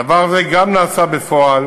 דבר זה גם נעשה בפועל